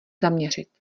zaměřit